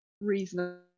reasonable